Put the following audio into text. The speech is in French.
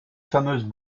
fameuses